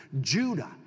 Judah